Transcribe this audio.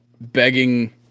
begging